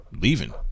Leaving